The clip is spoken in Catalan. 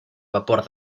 vapor